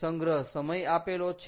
સંગ્રહ સમય આપેલો છે